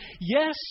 yes